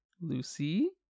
Lucy